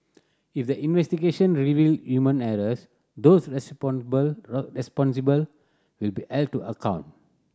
if the investigation reveal human errors those responsible will be to account